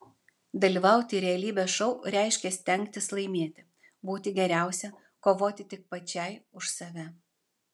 dalyvauti realybės šou reiškia stengtis laimėti būti geriausia kovoti tik pačiai už save